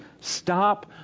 stop